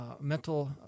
mental